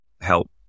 help